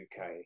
UK